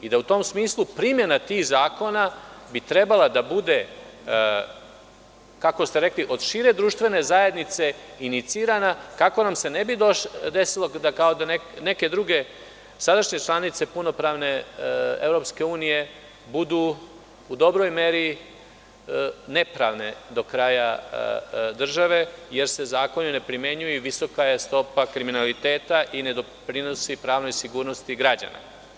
Da u tom smislu primena tih zakona bi trebala da bude, kako ste rekli, od šire društvene zajednice inicirana kako nam se ne bi desilo da kao neke druge sadašnje članice EU budemo u dobroj meri nepravni do kraja države, jer se zakoni ne primenjuju i visoka je stopa kriminaliteta i ne doprinosi pravnoj sigurnosti građana.